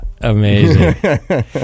Amazing